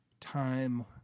time